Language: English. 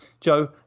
Joe